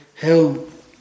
help